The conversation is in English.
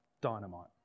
Dynamite